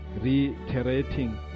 reiterating